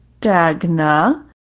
Dagna